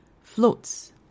floats